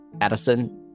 Edison